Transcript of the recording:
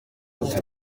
inzego